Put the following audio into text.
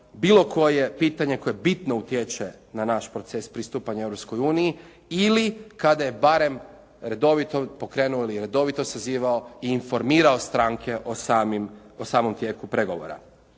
bilo koje pitanje koje bitno utječe na naš proces pristupanja Europskoj uniji, ili kada je barem redovito pokrenuo ili redovito sazivao i informirao stranke o samom tijeku pregovora.